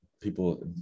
people